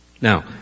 Now